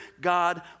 God